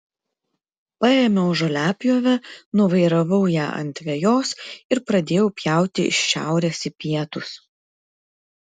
paėmiau žoliapjovę nuvairavau ją ant vejos ir pradėjau pjauti iš šiaurės į pietus